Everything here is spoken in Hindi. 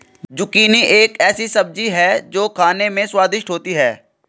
जुकिनी एक ऐसी सब्जी है जो खाने में स्वादिष्ट होती है